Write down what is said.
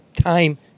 time